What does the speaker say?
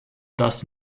das